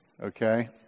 Okay